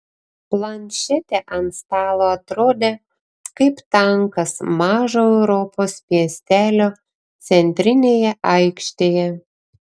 planšetė ant stalo atrodė kaip tankas mažo europos miestelio centrinėje aikštėje